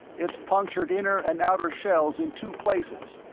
it's punctured inner and outer shells in two places,